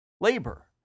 labor